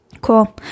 Cool